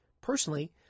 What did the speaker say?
Personally